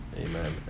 amen